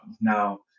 Now